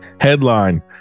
Headline